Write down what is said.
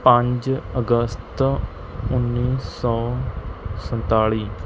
ਪੰਜ ਅਗਸਤ ਉੱਨੀ ਸੌ ਸੰਤਾਲ਼ੀ